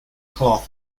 cloth